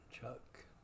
Chuck